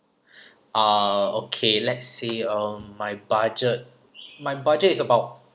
uh okay let's see uh on my budget my budget is about